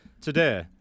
today